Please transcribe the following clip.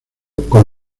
con